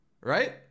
right